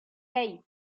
seis